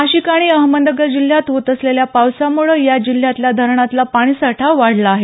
नाशिक आणि अहमदनगर जिल्ह्यात होत असलेल्या पावसामुळे या जिल्ह्यातल्या धरणातला पाणीसाठा वाढला आहे